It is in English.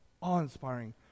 awe-inspiring